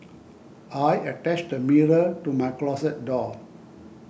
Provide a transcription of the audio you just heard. I attached a mirror to my closet door